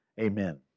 Amen